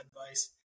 advice